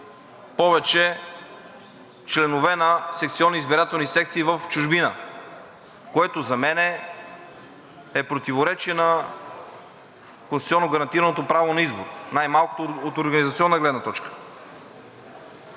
повече членове на секционни избирателни секции в чужбина, което за мен е противоречие на конституционно гарантираното право на избор, най-малкото от организационна гледна точка.